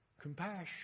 Compassion